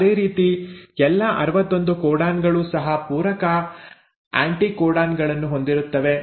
ಅದೇ ರೀತಿ ಎಲ್ಲಾ 61 ಕೋಡಾನ್ ಗಳೂ ಸಹ ಪೂರಕ ಆಂಟಿಕೋಡನ್ಗಳನ್ನು ಹೊಂದಿರುತ್ತವೆ